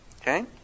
Okay